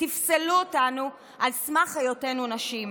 תפסלו אותנו על סמך היותנו נשים.